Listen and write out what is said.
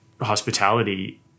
hospitality